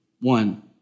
One